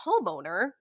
homeowner